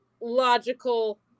logical